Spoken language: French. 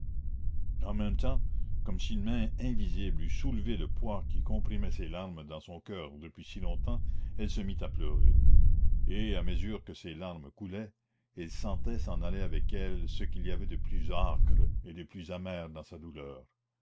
en même temps comme si une main invisible eût soulevé le poids qui comprimait ses larmes dans son coeur depuis si longtemps elle se mit à pleurer et à mesure que ses larmes coulaient elle sentait s'en aller avec elles ce qu'il y avait de plus âcre et de plus amer dans sa douleur